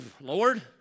Lord